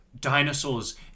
dinosaurs